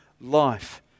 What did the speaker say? life